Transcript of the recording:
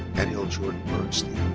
daniel jordan bernstein.